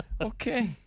Okay